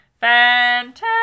Fantastic